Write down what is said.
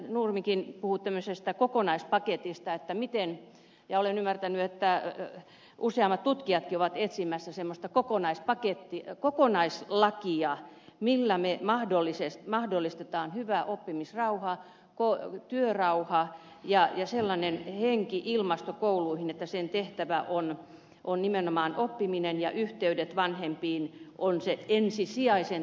nurmikin puhui tämmöisestä kokonaispaketista ja olen ymmärtänyt että useammat tutkijatkin ovat etsimässä semmoista kokonaislakia millä me mahdollistamme hyvän oppimisrauhan työrauhan ja sellaisen hengen ja ilmaston kouluihin että sen tehtävä on nimenomaan oppiminen ja yhteydet vanhempiin ovat ensisijaisen tärkeitä